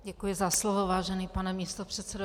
Děkuji za slovo, vážený pane místopředsedo.